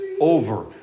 over